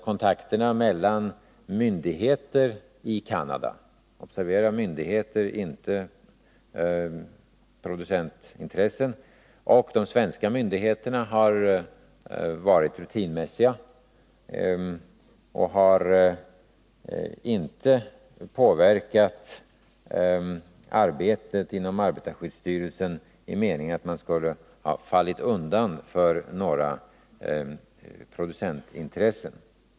Kontakterna mellan myndigheter i Canada — observera myndigheter, inte producentintressen — och svenska myndigheter har varit rutinmässiga och har inte påverkat arbetet inom arbetarskyddsstyrelsen i den meningen att man där skulle ha fallit undan för några producentintressen.